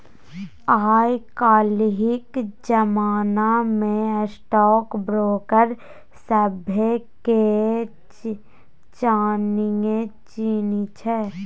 आय काल्हिक जमाना मे स्टॉक ब्रोकर सभके चानिये चानी छै